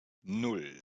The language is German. nan